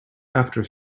after